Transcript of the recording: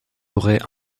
aurait